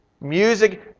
Music